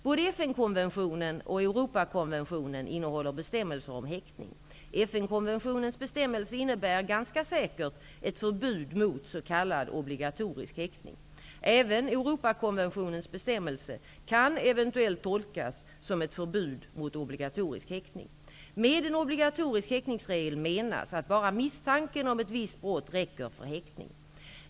Både FN-konventionen och Europakonventionen innehåller bestämmelser om häktning. FN konventionens bestämmelse innebär ganska säkert ett förbud mot s.k. obligatorisk häktning. Även Europakonventionens bestämmelse kan eventuellt tolkas som ett förbud mot obligatorisk häktning. Med en obligatorisk häktningsregel menas att bara misstanken om ett visst brott räcker för häktning.